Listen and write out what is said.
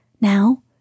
Now